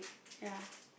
ya